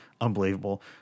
Unbelievable